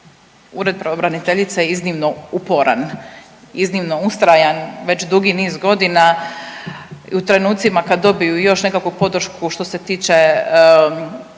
Ured pravobraniteljice je iznimno uporan i iznimno ustrajan već dugi niz godina i u trenucima kad dobiju još nekakvu podršku što se tiče